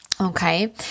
okay